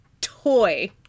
Toy